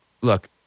look